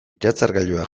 iratzargailuak